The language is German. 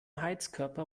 heizkörper